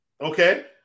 Okay